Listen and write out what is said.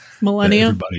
Millennium